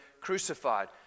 crucified